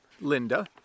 Linda